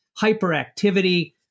hyperactivity